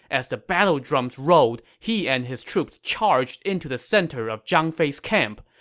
as the battle drums rolled, he and his troops charged into the center of zhang fei's camp.